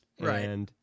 Right